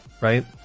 right